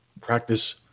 practice